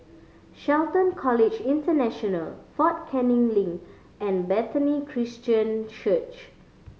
Shelton College International Fort Canning Link and Bethany Christian Church